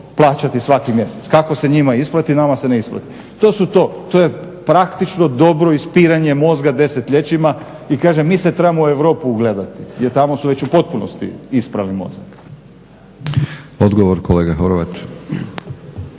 plaćati svaki mjesec. Kako se njima isplati nama se ne isplati? To su to. To je praktično dobro ispiranje mozga desetljećima i kažem mi se trebamo u Europu ugledati jer tamo su već u potpunosti isprali mozak. **Batinić, Milorad